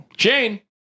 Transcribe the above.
Jane